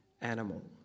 animal